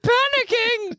panicking